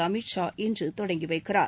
அமித் ஷா இன்று தொடங்கி வைக்கிறார்